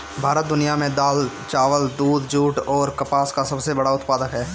भारत दुनिया में दाल चावल दूध जूट आउर कपास का सबसे बड़ा उत्पादक ह